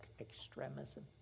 extremism